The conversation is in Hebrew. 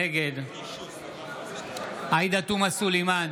נגד עאידה תומא סלימאן,